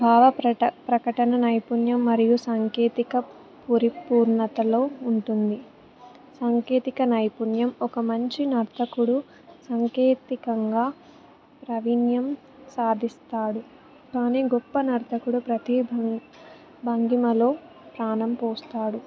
భావ ప్రట ప్రకటన నైపుణ్యం మరియు సాంకేతిక పరిపూర్ణతలో ఉంటుంది సాంకేతిక నైపుణ్యం ఒక మంచి నర్తకుడు సాంకేతికంగా ప్రావీణ్యం సాధిస్తాడు కానీ గొప్ప నర్తకుడు ప్రతీ భ భంగిమలో ప్రాణం పోస్తాడు